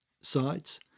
sides